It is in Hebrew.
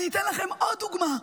אני אתן לכם עוד דוגמה,